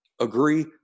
Agree